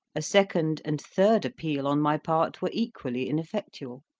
a second and third appeal on my part were equally ineffectual.